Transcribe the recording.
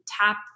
tap